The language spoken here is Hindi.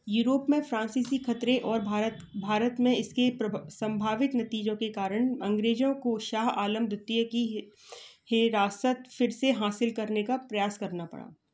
यूरोप में फ्रांसीसी खतरे और भारत भारत में इसके प्रभ संभावित नतीजों के कारण अंग्रेज़ों को शाह आलम द्वितीय की हि हिरासत फिर से हासिल करने का प्रयास करना पड़ा